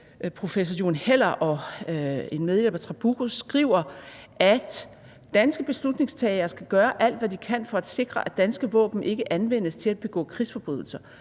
professor Jon Heller og en medhjælper, Lena Trabucco, skriver: »Danske beslutningstagere skal gøre alt, hvad de kan, for at sikre, at danske våben ikke anvendes til at begå krigsforbrydelser.